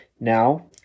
Now